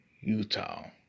Utah